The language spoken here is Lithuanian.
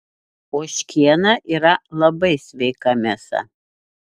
ožkiena yra labai sveika mėsa